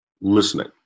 listening